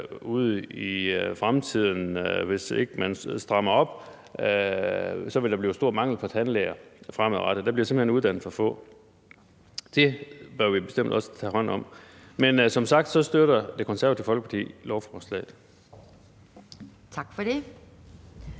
ude i fremtiden, hvis ikke man strammer op, blive stor mangel på tandlæger. Der bliver simpelt hen uddannet for få, og det bør vi bestemt også tage hånd om. Men som sagt støtter Det Konservative Folkeparti lovforslaget. Kl.